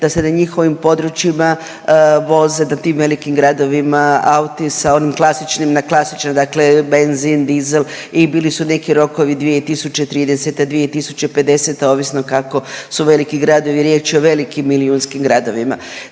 da se na njihovim područjima voze, na tim velikim gradovima auti sa onim klasičnim, na klasičan benzin, dizel i bili su neki rokovi 2030. 2050., ovisno kako su veliki gradovi, riječ je o velikim milijunskim gradovima.